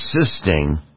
assisting